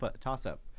toss-up